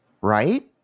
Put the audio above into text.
right